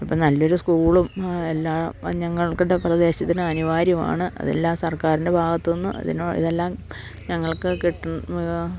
ഇപ്പം നല്ലൊരു സ്കൂളും എല്ലാം ഞങ്ങൾക്കടെ പ്രദേശത്തിന് അനിവാര്യമാണ് അതെല്ലാം സർക്കാരിൻ്റെ ഭാഗത്തു നിന്നും ഇതിന് ഇതെല്ലാം ഞങ്ങൾക്ക് കിട്ട